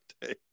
day